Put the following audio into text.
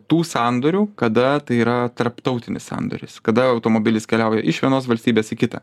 tų sandorių kada tai yra tarptautinis sandoris kada automobilis keliauja iš vienos valstybės į kitą